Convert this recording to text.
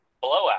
blowout